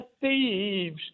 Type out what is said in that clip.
thieves